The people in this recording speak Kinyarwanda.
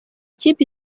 kipe